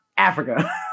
Africa